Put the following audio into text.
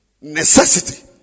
necessity